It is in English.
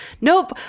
nope